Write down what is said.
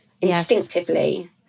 instinctively